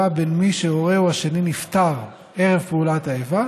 בין מי שהורהו השני נפטר ערב פעולת האיבה